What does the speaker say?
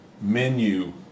menu